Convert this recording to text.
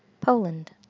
Poland